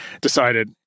decided